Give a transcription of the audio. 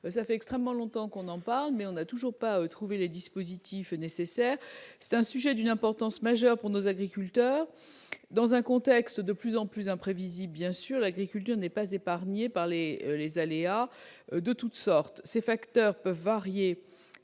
depuis très longtemps, mais on n'a toujours pas trouvé les dispositifs nécessaires. Or ce sujet est d'une importance majeure pour nos agriculteurs. Dans un contexte de plus en plus imprévisible, l'agriculture n'est pas épargnée par les aléas de toute sorte. Ces facteurs peuvent faire